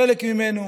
חלק ממנו,